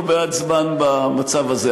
לא מעט זמן במצב הזה.